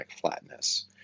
flatness